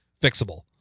fixable